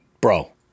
bro